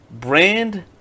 Brand